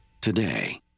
today